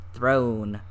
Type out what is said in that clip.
Throne